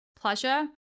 pleasure